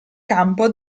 campo